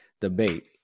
debate